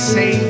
Say